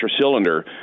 cylinder